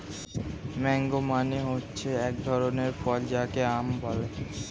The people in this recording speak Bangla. ম্যাংগো মানে হচ্ছে এক ধরনের ফল যাকে আম বলে